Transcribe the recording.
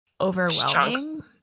overwhelming